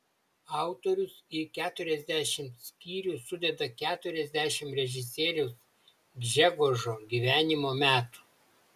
autorius į keturiasdešimt skyrių sudeda keturiasdešimt režisieriaus gžegožo gyvenimo metų